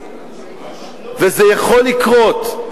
וזה יכול לקרות.